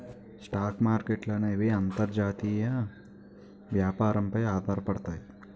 stock మార్కెట్ల అనేవి అంతర్జాతీయ వ్యాపారం పై ఆధారపడతాయి